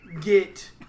get –